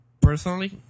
personally